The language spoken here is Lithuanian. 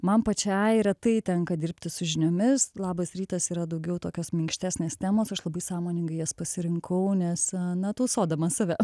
man pačiai retai tenka dirbti su žiniomis labas rytas yra daugiau tokios minkštesnės temos aš labai sąmoningai jas pasirinkau nes na tausodama save